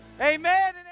amen